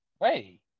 Hey